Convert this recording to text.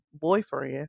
boyfriend